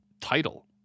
title